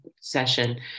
session